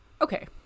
Okay